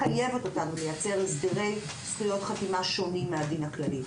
מחייבת אותנו לייצר הסדרי זכויות חתימה שונים מהדין הכללי.